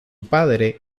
padre